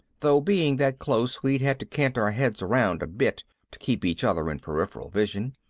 though being that close we'd had to cant our heads around a bit to keep each other in peripheral vision.